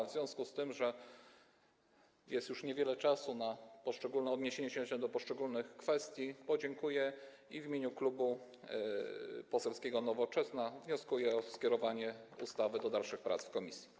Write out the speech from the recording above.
W związku tym, że jest już niewiele czasu na odniesienie się do poszczególnych kwestii, podziękuję i w imieniu Klubu Poselskiego Nowoczesna wnioskuję o skierowanie ustawy do dalszych prac w komisji.